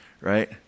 right